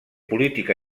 política